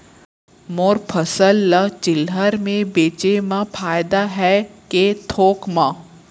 मोर फसल ल चिल्हर में बेचे म फायदा है के थोक म?